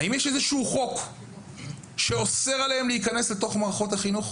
האם יש איזה שהוא חוק שאוסר עליהם להיכנס לתוך מערכות החינוך?